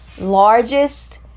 largest